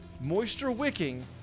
moisture-wicking